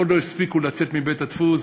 עוד לא הספיקו לצאת מבית-הדפוס,